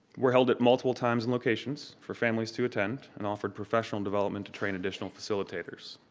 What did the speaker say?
where held at multiple times and locations for families to attend and offered professional development to train additional facilitators.